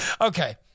okay